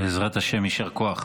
בעזרת השם, יישר כוח.